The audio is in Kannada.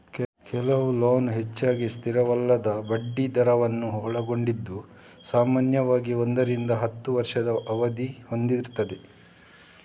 ಕೆಲವು ಲೋನ್ ಹೆಚ್ಚಾಗಿ ಸ್ಥಿರವಲ್ಲದ ಬಡ್ಡಿ ದರವನ್ನ ಒಳಗೊಂಡಿದ್ದು ಸಾಮಾನ್ಯವಾಗಿ ಒಂದರಿಂದ ಹತ್ತು ವರ್ಷದ ಅವಧಿ ಹೊಂದಿರ್ತದೆ